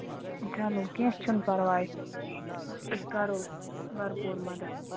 چلو کیٚنہہ چھُنہٕ پَرواے أسۍ کرو بھرپوٗر مَدت